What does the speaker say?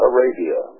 Arabia